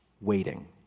waiting